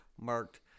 marked